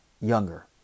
younger